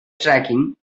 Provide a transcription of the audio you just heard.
tracking